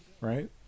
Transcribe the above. Right